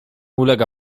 ulega